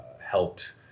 helped